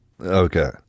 Okay